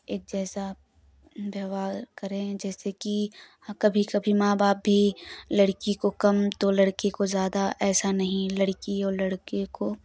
एक जैसा व्यवहार करें जैसे कि हाँ कभी कभी माँ बाप भी लड़की को कम तो लड़के को ज़्यादा ऐसा नहीं लड़की और लड़के को